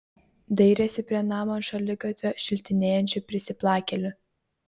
dairėsi prie namo ant šaligatvio šlitinėjančių prisiplakėlių